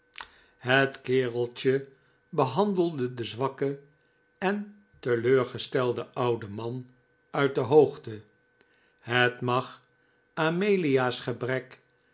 het kereltje behandelde den zwakken en teleurgestelden ouden man uit de hoogte het mag amelia's gebrek